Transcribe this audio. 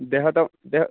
ଦେହ ତ ଦେହ